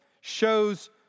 shows